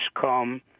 come